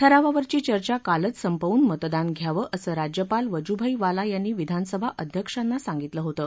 ठरावावरची चर्चा कालच संपवून मतदान घ्यावं असं राज्यपाल वजूभाई वाला यांनी विधानसभा अध्यक्षांनी सांगितलं होतं